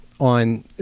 on